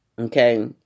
Okay